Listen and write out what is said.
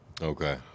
Okay